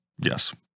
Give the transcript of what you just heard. Yes